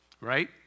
Right